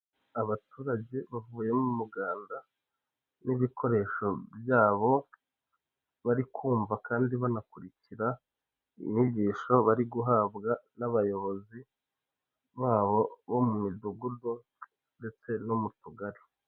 Abaturage bavuye mu muganda n'ibikoresho byabo. Bari kumva kandi banakurikira inyigisho bari guhawa n'abayobozi babo bo mu midugudu ndetse no mu tugari.